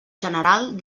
general